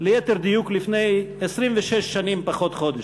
ליתר דיוק לפני 26 שנים פחות חודש,